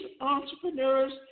entrepreneurs